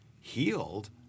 healed